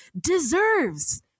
deserves